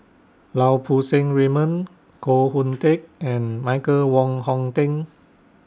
Lau Poo Seng Raymond Koh Hoon Teck and Michael Wong Hong Teng